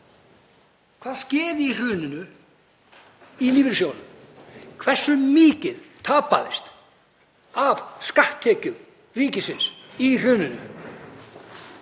Hvað skeði í hruninu í lífeyrissjóðunum? Hversu mikið tapaðist af skatttekjum ríkisins í hruninu?